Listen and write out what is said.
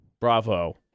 bravo